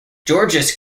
georges